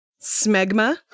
Smegma